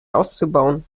auszubauen